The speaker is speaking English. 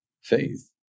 faith